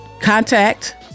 contact